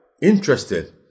interested